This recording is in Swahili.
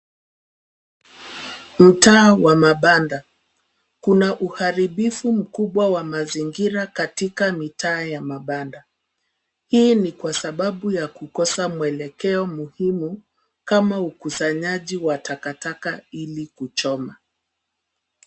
Mtaa wa mabanda. Kuna uharibifu mkubwa wa mazingira katika mitaa ya mabanda. Hii ni kwa sababu ya kukosa mwelekeo muhimu kama ukusanyaji wa takataka ili kuchoma.